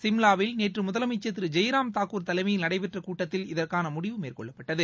சிம்வாவில் நேற்று முதலமைச்சர் திரு ஜெய்ராம் தாக்கூர் தலைமையில் நடைபெற்ற கூட்டத்தில் இதற்கான முடிவு மேறந்கொள்ளப்பட்டது